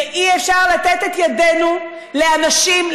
ואי-אפשר לתת את ידינו לאנשים,